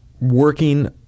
Working